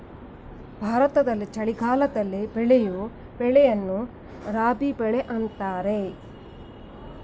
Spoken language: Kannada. ಭಾರತದಲ್ಲಿ ಚಳಿಗಾಲದಲ್ಲಿ ಬೆಳೆಯೂ ಬೆಳೆಯನ್ನು ರಾಬಿ ಬೆಳೆ ಅಂತರೆ